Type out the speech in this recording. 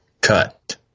cut